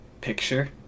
picture